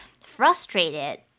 frustrated